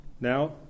Now